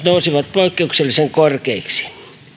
nousivat poikkeuksellisen korkeiksi